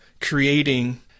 creating